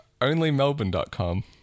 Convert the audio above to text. onlymelbourne.com